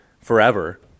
forever